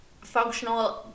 Functional